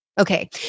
Okay